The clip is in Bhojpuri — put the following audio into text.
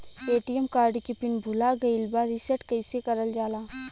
ए.टी.एम कार्ड के पिन भूला गइल बा रीसेट कईसे करल जाला?